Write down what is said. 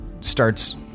starts